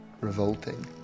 revolting